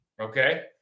Okay